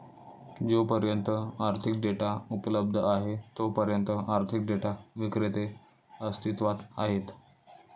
जोपर्यंत आर्थिक डेटा उपलब्ध आहे तोपर्यंत आर्थिक डेटा विक्रेते अस्तित्वात आहेत